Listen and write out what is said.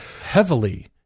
Heavily